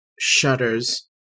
shudders